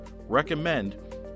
recommend